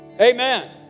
Amen